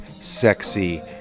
sexy